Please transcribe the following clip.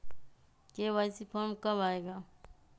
KYC form कब आए गा?